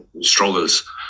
struggles